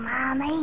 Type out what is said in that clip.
Mommy